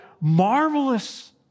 marvelous